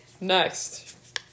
Next